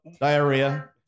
Diarrhea